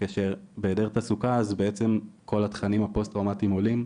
בהיעדר תעסוקה אז כל התכנים הפוסט טראומטיים עולים,